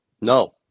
No